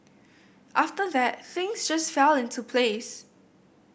after that things just fell into place